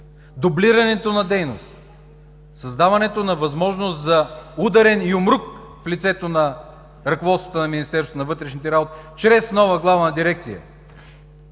дублирането на дейност, създаването на възможност за ударен юмрук в лицето на ръководството на Министерството на вътрешните работи чрез нова главна дирекция,